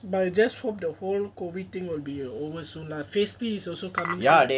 but you just hope the whole COVID thing would be over soon lah phase three is also coming soon